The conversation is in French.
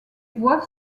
voies